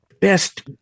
best